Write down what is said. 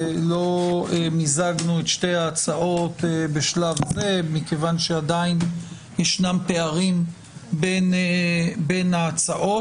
לא מיזגנו את שתי ההצעות בשלב זה מכיוון שעדיין ישנם פערים בין ההצעות.